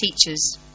teachers